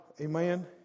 Amen